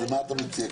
ומה אתה מציע?